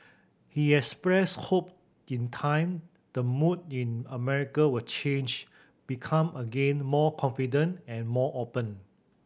he expressed hope in time the mood in America will change become again more confident and more open